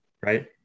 right